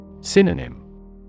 Synonym